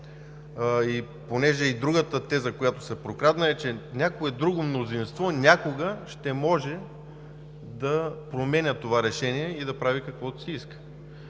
като и другата теза, която се прокрадна, е, че някое друго мнозинство някога ще може да променя това решение и да прави каквото си иска.